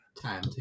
time